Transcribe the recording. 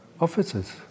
offices